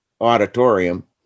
auditorium